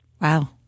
Wow